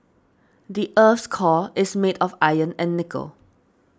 the earth's core is made of iron and nickel